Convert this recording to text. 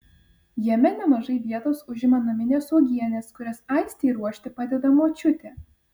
jame nemažai vietos užima naminės uogienės kurias aistei ruošti padeda močiutė